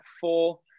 four